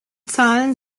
zahlen